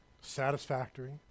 satisfactory